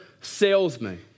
salesman